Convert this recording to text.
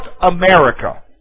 America